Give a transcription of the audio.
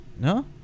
No